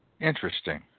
Interesting